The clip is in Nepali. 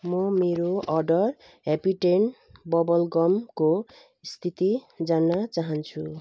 म मेरो अर्डर ह्याप्पीडेन्ट बबल गमको स्थिति जान्न चाहन्छु